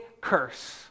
curse